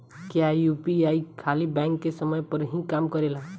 क्या यू.पी.आई खाली बैंक के समय पर ही काम करेला?